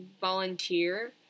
volunteer